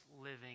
living